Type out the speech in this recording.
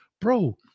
Bro